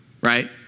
right